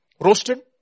Roasted